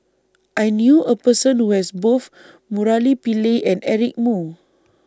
I knew A Person Who has Both Murali Pillai and Eric Moo